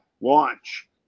Launch